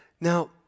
Now